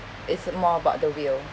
it's more about the will